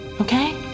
okay